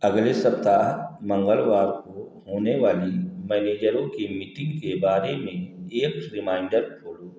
अगले सप्ताह मंगलवार को होने वाली मैनजरों की मीटिंग के बारे में एक रिमाइंडर खोलो